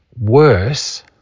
worse